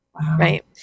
right